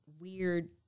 weird